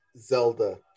Zelda